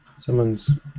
someone's